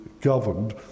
governed